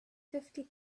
fifty